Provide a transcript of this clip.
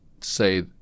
say